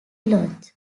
launch